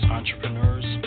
entrepreneurs